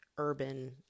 urban